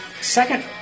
second